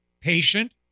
patient